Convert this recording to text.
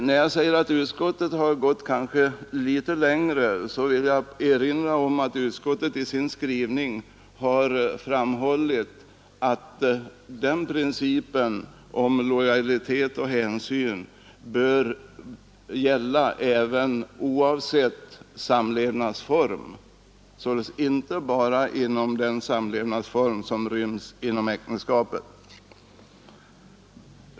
När jag säger att utskottet kanske har gått litet längre tänker jag på att utskottet i sin skrivning har framhållit att principen om lojalitet och hänsyn bör gälla oavsett samlevnadsform, således inte bara inom den samlevnadsform som ryms inom äktenskapet.